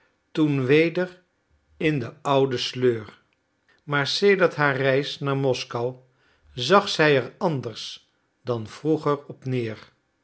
toen weder in de oude sleur maar sedert haar reis naar moskou zag zij er anders dan vroeger op neer